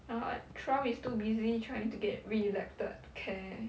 now like trump is too busy trying to get re-elected to care